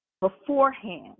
beforehand